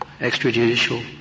extrajudicial